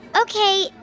Okay